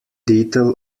detail